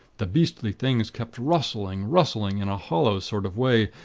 the beastly things kept rustling, rustling in a hollow sort of way,